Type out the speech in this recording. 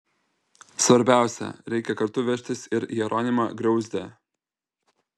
svarbiausia reikia kartu vežtis ir jeronimą griauzdę